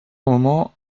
moments